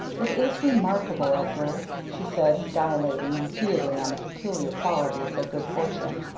it is remarkable, edgar, she said, dilating repeatedly on the peculiar quality of their good fortune.